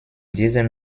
diesem